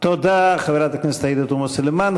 תודה, חברת הכנסת עאידה תומא סלימאן.